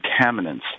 contaminants